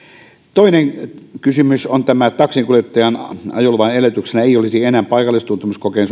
toinen kysymys on että taksinkuljettajan ajoluvan edellytyksenä ei olisi enää paikallistuntemuskokeen